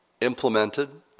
implemented